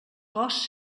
cos